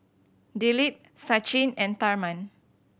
Dilip Sachin and Tharman